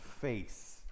face